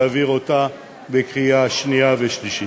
להעביר אותה בקריאה שנייה ושלישית.